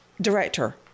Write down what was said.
director